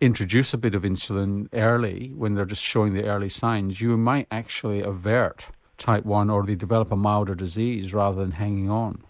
introduce a bit of insulin early when they're just showing the early signs you might actually avert type one or they develop a milder disease rather than hanging on.